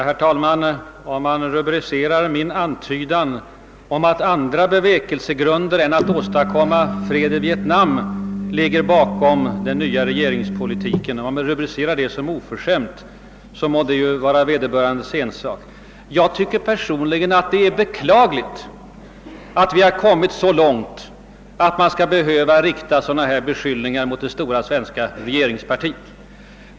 Herr talman! Om någon rubricerar min antydan, att andra bevekelsegrunder än att åstadkomma fred i Vietnam ligger bakom den nya regeringspolitiken, såsom oförskämd, så må det vara vederbörandes ensak. Jag tycker personligen att det är beklagligt att det har gått så långt att man skall behöva rikta beskyllningar av detta slag mot det stora svenska regeringspartiet.